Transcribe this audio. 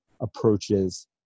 approaches